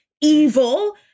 evil